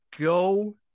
go